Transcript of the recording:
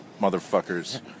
motherfuckers